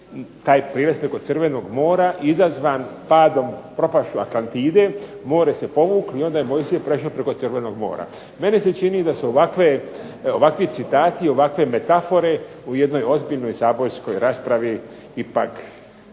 taj prijelaz preko Crvenog mora izazvan padom, propašću Atlantide, more se povuklo i onda je Mojsije prešao preko Crvenog mora. Meni se čini da su ovakvi citati, ovakve metafore u jednoj ozbiljnoj zapoljskoj raspravi ipak